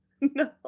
No